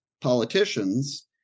politicians